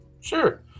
Sure